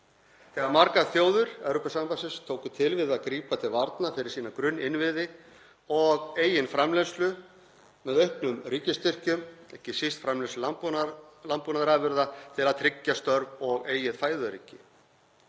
þegar margar þjóðir Evrópusambandsins tóku til við að grípa til varna fyrir sína grunninnviði og eigin framleiðslu með auknum ríkisstyrkjum, ekki síst framleiðslu landbúnaðarafurða til að tryggja störf og eigið fæðuöryggi.